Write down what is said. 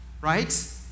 right